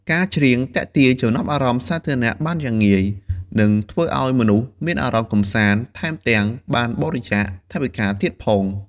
ការច្រៀងទាក់ទាញចំណាប់អារម្មណ៍សាធារណៈបានយ៉ាងងាយ និងធ្វើឱ្យមនុស្សមានអារម្មណ៍កម្សាន្ត ថែមទាំងបានបរិច្ចាគថវិការទៀតផង។